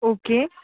okay